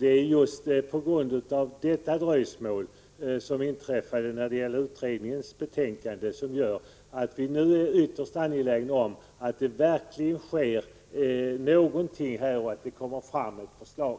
Det är just på grund av detta dröjsmål med utredningens betänkande som vi är ytterst angelägna om att det verkligen sker någonting och att det kommer fram ett förslag.